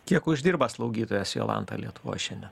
kiek uždirba slaugytojas jolanta lietuvoj šiandien